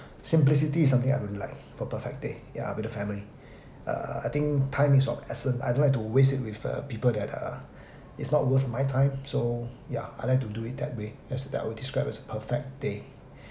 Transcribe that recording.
simplicity is something I really like for perfect day yeah with the family uh I think time is of essence I don't like to waste it with uh people that uh is not worth my time so yeah I like to do it that way that's that I will describe as a perfect day